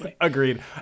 Agreed